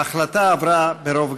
ההחלטה עברה ברוב גדול.